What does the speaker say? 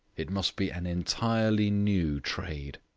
it must be an entirely new trade.